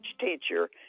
teacher